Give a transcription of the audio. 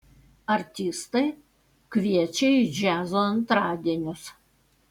artistai kviečia į džiazo antradienius